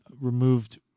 removed